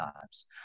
times